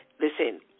listen